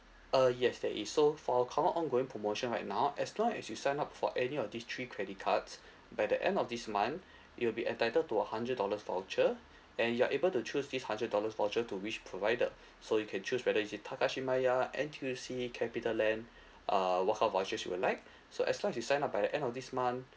uh yes there is so for current ongoing promotion right now as long as you sign up for any of these three credit cards by the end of this month you will be entitled to a hundred dollar voucher and you're able to choose this hundred dollar voucher to which provider so you can choose whether is it takashimaya N_T_U_C capitaland err what kind of vouchers you would like so as long as you signed up by the end of this month